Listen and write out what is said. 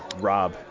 Rob